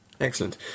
Excellent